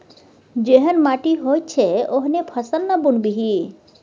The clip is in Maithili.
जेहन माटि होइत छै ओहने फसल ना बुनबिही